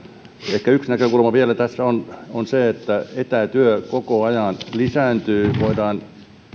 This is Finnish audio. ehkä yksi näkökulma vielä tässä on on se että etätyö koko ajan lisääntyy voidaan